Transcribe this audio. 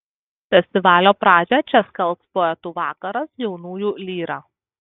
festivalio pradžią čia skelbs poetų vakaras jaunųjų lyra